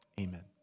Amen